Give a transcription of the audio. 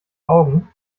augen